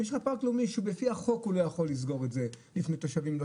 יש לך פארק לאומי שהוא לפי החוק הוא לא יכול לסגור את זה בפני תושבים,